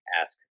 ask